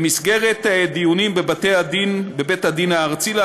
במסגרת דיונים בבתי הדין,